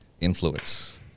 influence